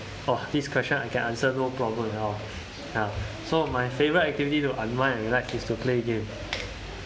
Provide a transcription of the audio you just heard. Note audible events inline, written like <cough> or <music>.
!wah! this question I can answer no problem at all ya so my favorite activity to unwind and relax to play game <noise>